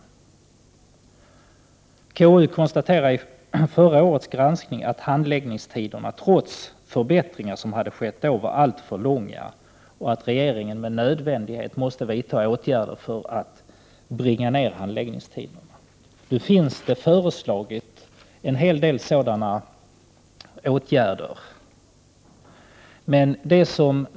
Konstitutionsutskottet konstaterade i årets granskning att handläggningstiderna trots förbättringar var alltför långa och att regeringen med nödvändighet måste vidta åtgärder för att nedbringa handläggningstiderna. Nu har en hel del sådana åtgärder föreslagits.